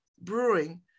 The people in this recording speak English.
Brewing